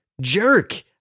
jerk